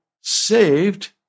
saved